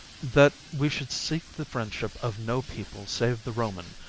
that we should seek the friendship of no people save the roman,